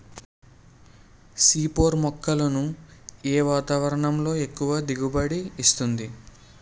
C four మొక్కలను ఏ వాతావరణంలో ఎక్కువ దిగుబడి ఇస్తుంది?